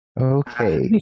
Okay